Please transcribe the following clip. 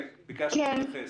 כן, ביקשת להתייחס.